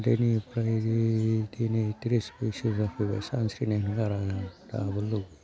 उन्दैनिफ्राय दिनै त्रिस बोसोर जाफैबाय सानस्रिनायखौ गारा आं दाबो दं